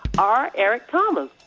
r. eric thomas.